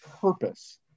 purpose